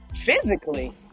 Physically